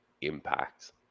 impact